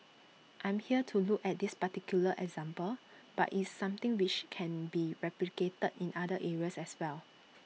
I'm here to look at this particular example but it's something which can be replicated in other areas as well